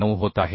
9 होत आहे